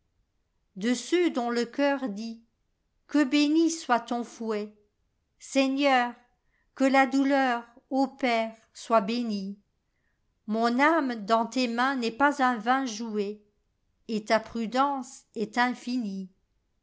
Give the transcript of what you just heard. ceux dont le cœur dit qne béni soit ton fouet seigneur que la douleur ô père soit bénie mon âme dans tes mains n'est pas un vain jouet et ta prudence est infinie